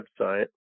website